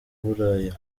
buraya